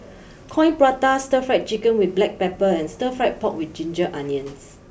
Coin Prata Stir Fried Chicken with Black Pepper and Stir Fry Pork with Ginger Onions